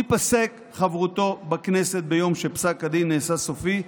תיפסק חברותו בכנסת ביום שפסק הדין נעשה סופי,